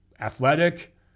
athletic